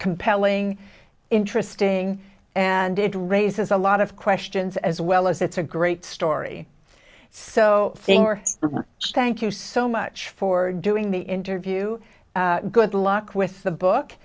compelling interesting and it raises a lot of questions as well as it's a great story so thank you so much for doing the interview good luck with the book